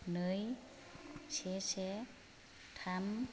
नै से से थाम